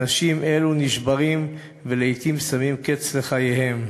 אנשים אלו נשברים, ולעתים שמים קץ לחייהם.